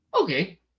okay